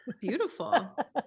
Beautiful